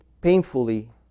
painfully